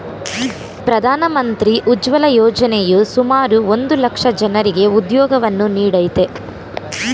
ಪ್ರಧಾನ ಮಂತ್ರಿ ಉಜ್ವಲ ಯೋಜನೆಯು ಸುಮಾರು ಒಂದ್ ಲಕ್ಷ ಜನರಿಗೆ ಉದ್ಯೋಗವನ್ನು ನೀಡಯ್ತೆ